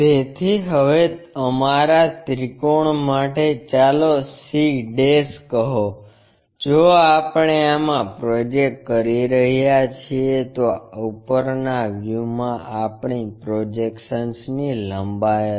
તેથી હવે અમારા ત્રિકોણ માટે ચાલો c કહો જો આપણે આમાં પ્રોજેક્ટ કરી રહ્યા છીએ તો આ ઉપરના વ્યુમાં આપણી પ્રોજેક્શન્સની લંબાઈ હશે